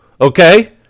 okay